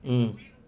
mm